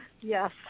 Yes